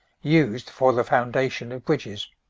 used for the foundation of bridges.